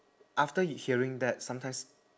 after you hearing that sometimes